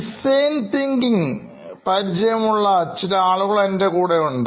design thinking പരിചയമുള്ള ചില ആളുകൾ എൻറെ കൂടെ ഉണ്ട്